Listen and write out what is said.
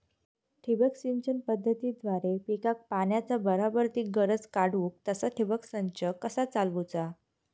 ठिबक सिंचन पद्धतीद्वारे पिकाक पाण्याचा बराबर ती गरज काडूक तसा ठिबक संच कसा चालवुचा?